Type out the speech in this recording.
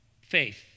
Faith